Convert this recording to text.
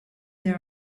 their